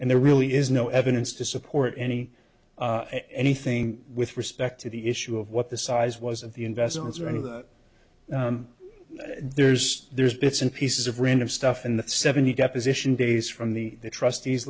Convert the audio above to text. and there really is no evidence to support any of anything with respect to the issue of what the size was of the investments or any of the there's there's bits and pieces of random stuff in the seventy deposition days from the trustees